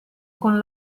con